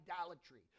idolatry